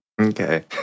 Okay